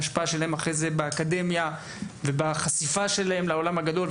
על ההשפעה של זה על העתיד שלהם באקדמיה ובחשיפה אל העולם הגדול.